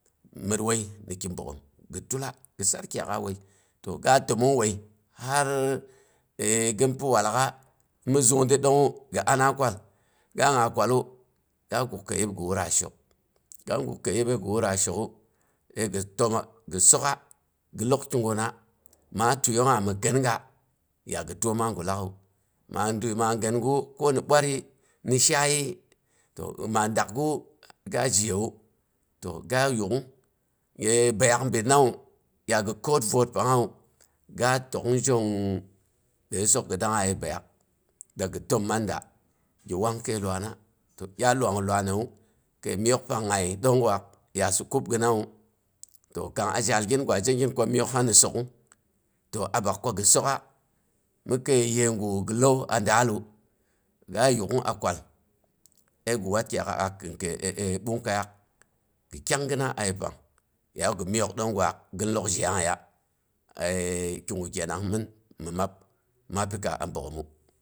Məor wai ni ki bogghom gi tula, gi sar leyaak'a wai to ga təmong wai har gin pi walladak'a. Mi zungdi dongngu gi anna kwal, ga nga kwallu, ga gak kəi yiɓ gi wutra shuk, ga guk kəi yibəi gi wutra shok'u, əi gi təma, gi sok'a gi lok kiguna maa tiəiyungngu ya mi kɨnaga ya gi təoma gallaak'u. maa diəi maa gəom gawa ko ni byatri ni shaaiyi to ma dakgiwu, ga zhiyewu ga yuk'ung bəiyaak binnawu ya gi kəor vwoot pangngawu, ga tək'ung zhong issok gi dangnga ye bəiyaak da gi təm man da, gi wang kəi lwaana, gya wang luaanriwu, kəi miok pang nyaye dong gwaak ko ya si kubg'nawu, to kang a zhall gin gwa zhegin ko miok pang ni sok'ung. To a bak ko gi sok'a, mi kəiyega gi lau, a daalu, ga yuk'ung a kwal əi gi wat kyaak'a a kin kəi ɓungkaiyaak gi kyangina aye pang ya gi miok, donggwaak gin lok zheyongyeya kigu kenang mɨn mi mab maa pika a bogghom